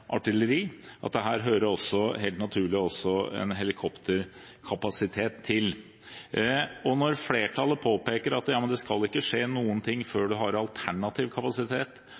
artilleri. Her hører også helt naturlig en helikopterkapasitet til. Når flertallet påpeker at det ikke skal skje noen ting før man har alternativ kapasitet